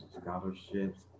scholarships